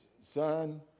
son